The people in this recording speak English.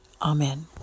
Amen